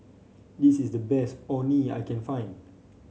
this is the best Orh Nee that I can find